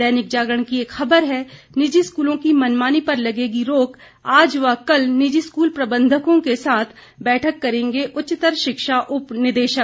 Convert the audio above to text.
दैनिक जागरण की एक खबर है निजी स्कूलों की मनमानी पर लगेगी रोक आज व कल निजी स्कूल प्रबंधकों के साथ बैठक करेंगे उच्चतर शिक्षा उपनिदेशक